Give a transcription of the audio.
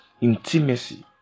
Intimacy